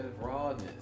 rawness